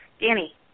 Danny